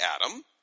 Adam